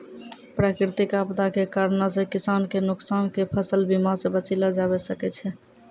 प्राकृतिक आपदा के कारणो से किसान के नुकसान के फसल बीमा से बचैलो जाबै सकै छै